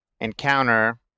encounter